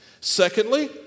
Secondly